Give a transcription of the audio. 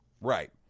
Right